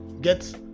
get